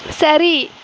சரி